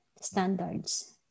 standards